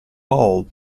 all